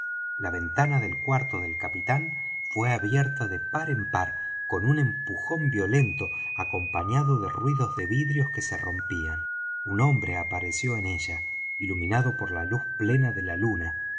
la ventana del cuarto del capitán fué abierta de par en par con un empujón violento acompañado de ruido de vidrios que se rompían un hombre apareció en ella iluminado por la luz plena de la luna